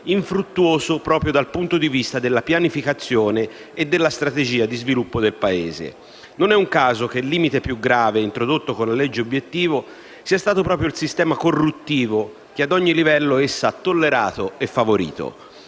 infruttuoso proprio dal punto di vista della pianificazione e della strategia di sviluppo del Paese. Non è un caso che il limite più grave introdotto con la legge obiettivo sia stato proprio il sistema corruttivo, che ad ogni livello essa ha tollerato e favorito.